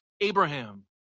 Abraham